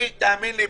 תאמין לי,